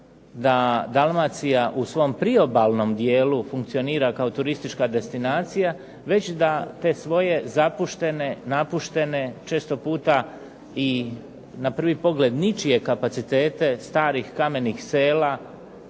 da Dalmacija u svom priobalnom dijelu funkcionira kao turistička destinacija, već da te svoje zapuštene, napuštene, često puta i na prvi pogled ničije kapacitete starih kamenih sela,